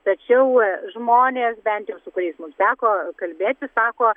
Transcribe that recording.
tačiau žmonės bent jau su kuriais mums teko kalbėtis sako